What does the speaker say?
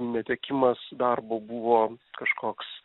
netekimas darbo buvo kažkoks